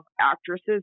actresses